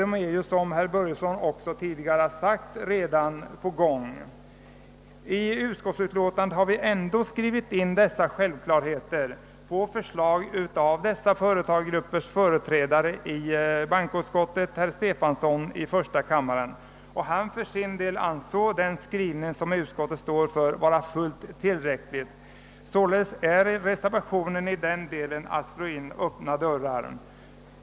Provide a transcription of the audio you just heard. Herr Börjesson i Glömminge framhöll också att detta redan är på gång. I utskottsutlåtandet har vi ändå skrivit in dessa självklarheter på förslag av dessa företagargruppers företrädare i bankoutskottet, herr Stefanson från första kammaren. Han för sin del ansåg den skrivning som nu återfinns i utlåtandet fullt tillräcklig. Således skulle ett bifall till reservationen 2 vid bankoutskottets utlåtande nr 39 innebära att man slog in öppna dörrar.